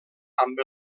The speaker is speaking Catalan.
amb